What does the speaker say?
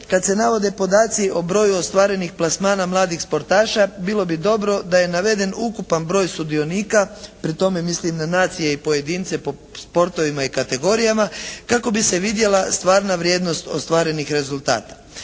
kad se navodi podaci o broju ostvarenih plasmana mladih sportaša bilo bi dobro da je naveden ukupan broj sudionika, pri tome mislim na nacije i pojedince po sportovima i kategorijama kako bi se vidjela stvarna vrijednost ostvarenih rezultata.